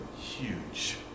huge